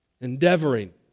Endeavoring